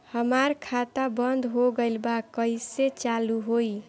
हमार खाता बंद हो गइल बा कइसे चालू होई?